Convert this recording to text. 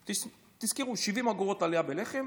תזכרו, 70 אגורות עלייה בלחם.